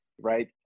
right